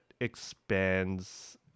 expands